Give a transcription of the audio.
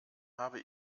habe